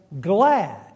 glad